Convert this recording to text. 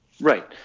Right